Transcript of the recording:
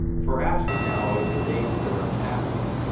for ask now of the days that are past,